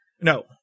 No